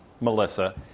Melissa